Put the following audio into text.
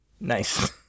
Nice